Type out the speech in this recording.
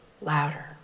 louder